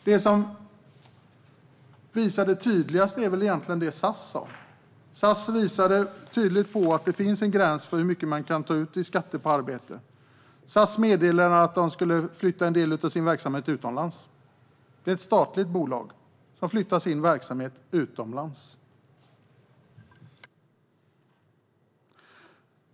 Det som visar detta tydligast är väl egentligen det SAS sa. SAS visade tydligt att det finns en gräns för hur mycket man kan ta ut i skatt på arbete när bolaget meddelade att det skulle flytta en del av sin verksamhet utomlands. Det är ett statligt bolag, och det flyttar sin verksamhet utomlands.